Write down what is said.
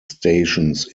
stations